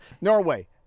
Norway